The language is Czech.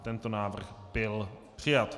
Tento návrh byl přijat.